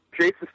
Jason